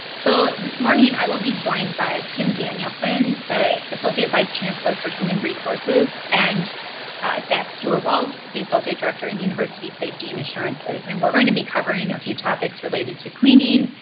so this morning i will be joined by tim danielson, the associate vice chancellor for human resources and zack stuart wilde, the associate director in university safety and assurances. and we're going to be covering a few topics related to cleaning,